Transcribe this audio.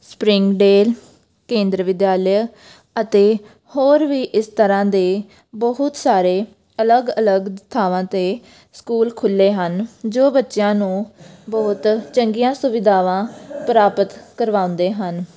Springdale Kendra Vidyalaya ਅਤੇ ਹੋਰ ਵੀ ਇਸ ਤਰ੍ਹਾਂ ਦੇ ਬਹੁਤ ਸਾਰੇ ਅਲੱਗ ਅਲੱਗ ਥਾਵਾਂ 'ਤੇ ਸਕੂਲ ਖੁੱਲ੍ਹੇ ਹਨ ਜੋ ਬੱਚਿਆਂ ਨੂੰ ਬਹੁਤ ਚੰਗੀਆਂ ਸੁਵਿਧਾਵਾਂ ਪ੍ਰਾਪਤ ਕਰਵਾਉਂਦੇ ਹਨ